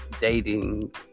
dating